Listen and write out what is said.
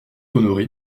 honoré